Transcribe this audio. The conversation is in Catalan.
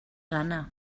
gana